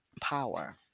power